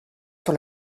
sur